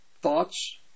thoughts